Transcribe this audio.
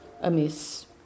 amiss